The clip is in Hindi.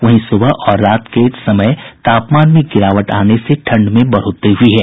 वहीं सुबह और रात के समय तापमान में गिरावट आने से ठंड में बढ़ोतरी हुई है